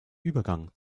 übergang